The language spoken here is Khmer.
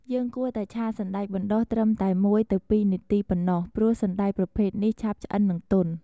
យើងគួរតែឆាសណ្ដែកបណ្ដុះត្រឹមតែ ១-២ នាទី ប៉ុណ្ណោះ ព្រោះសណ្ដែកប្រភេទនេះឆាប់ឆ្អិន និងទន់។